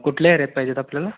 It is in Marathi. कुठल्या रेट पाहिजेत आपल्याला